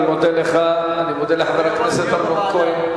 אני מודה לך, אני מודה לחבר הכנסת אמנון כהן.